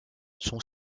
son